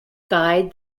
guide